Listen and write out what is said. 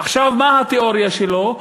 עכשיו, מה התיאוריה שלו?